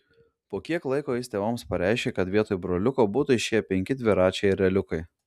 po kiek laiko jis tėvams pareiškė kad vietoj broliuko būtų išėję penki dviračiai ereliukai